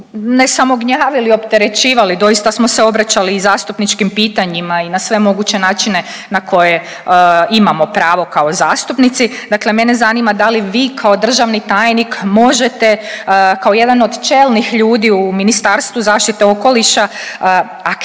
ne samo gnjavili, opterećivali, doista smo se obraćali i zastupničkim pitanjima i na sve moguće načine na koje imamo pravo kao zastupnici. Dakle, mene zanima da li vi kao državni tajnik možete kao jedan od čelnih ljudi u Ministarstvu zaštite okoliša aktivirati